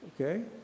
Okay